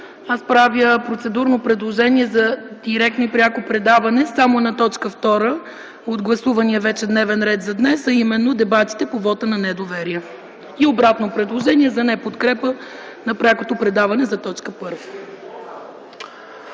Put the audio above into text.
Аз правя процедурно предложение за директно пряко предаване само на т. 2 от вече гласувания дневен ред за днес, а именно дебатите по вота на недоверие, и обратно предложение – за неподкрепа на прякото предаване по т. 1.